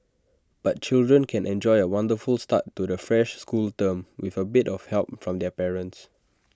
but children can enjoy A wonderful start to the fresh school term with A bit of help from their parents